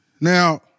Now